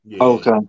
Okay